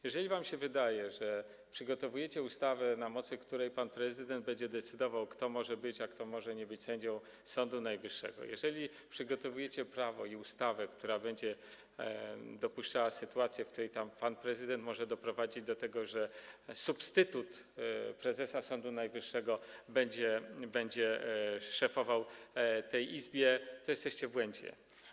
Jeżeli wam się wydaje, że przygotowujecie ustawę, na mocy której pan prezydent będzie decydował, kto może być, a kto nie może być sędzią Sądu Najwyższego, że przygotowujecie prawo, ustawę, która będzie dopuszczała sytuację, że pan prezydent może doprowadzić do tego, że substytut prezesa Sądu Najwyższego będzie szefował tej izbie, to jesteście w błędzie.